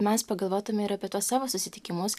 mes pagalvotume ir apie tuos savo susitikimus